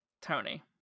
Tony